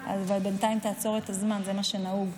בינתיים תעצור את הזמן, זה מה שנהוג,